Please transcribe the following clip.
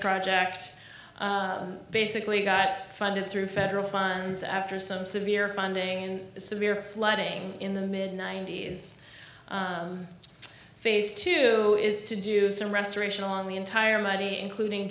project basically got funded through federal funds after some severe funding and severe flooding in the mid ninety's phase two is to do some restoration on the entire money including